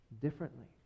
differently